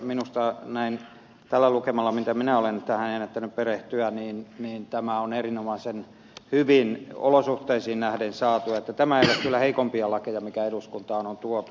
minusta näin tällä lukemalla mitä minä olen tähän ennättänyt perehtyä tämä on erinomaisen hyvin olosuhteisiin nähden saatu tehtyä tämä ei ole kyllä heikoimpia lakeja mitä eduskuntaan on tuotu